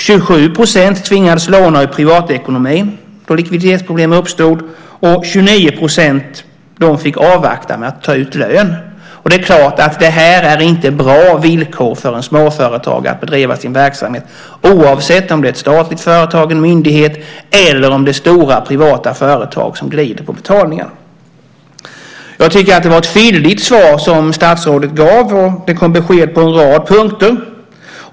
27 % tvingades låna ur privatekonomin då likviditetsproblem uppstod, och 29 % fick avvakta med att ta ut lön. Det är klart att detta inte är bra villkor för en småföretagare att bedriva sin verksamhet oavsett om det är ett statligt företag eller en myndighet eller om det är stora privata företag som glider på betalningen. Jag tycker att statsrådet gav ett fylligt svar. Det kom besked på en rad punkter.